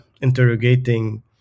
interrogating